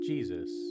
Jesus